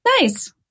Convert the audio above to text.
Nice